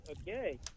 Okay